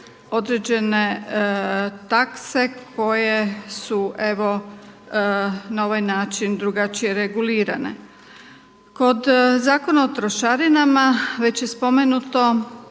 određene takse koje su evo na ovaj način drugačije regulirane. Kod Zakona o trošarinama, već je spomenuto,